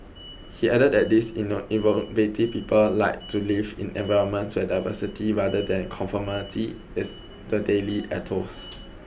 he added that these inner people like to live in environments where diversity rather than conformity is the daily ethos